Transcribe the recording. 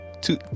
two